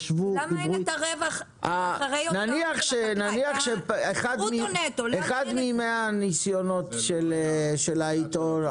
ישבו דיברו --- נניח שאחד מהניסיונות של עינב,